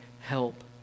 help